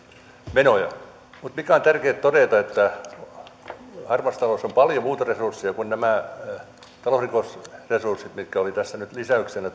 menoja mutta on tärkeätä todeta että harmaassa taloudessa on paljon muita resursseja kuin nämä talousrikosresurssit mitkä tulivat tässä nyt lisäyksenä